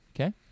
Okay